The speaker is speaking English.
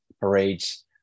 parades